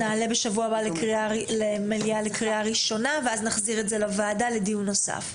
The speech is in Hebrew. לאחר המליאה נחזיר את זה לוועדה לדיון נוסף.